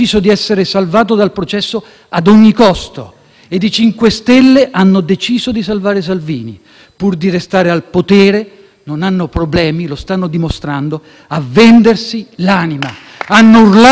Pur di restare al potere non hanno problemi - lo stanno dimostrando - a vendersi l'anima. *(Applausi dal Gruppo PD)*. Hanno urlato per anni nessuna immunità per nessuno, ma era propaganda, era presa in giro.